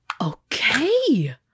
Okay